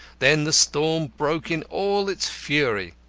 then the storm broke in all its fury.